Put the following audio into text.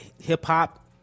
hip-hop